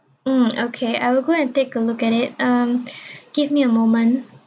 mm okay I will go and take a look at it um give me a moment